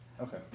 Okay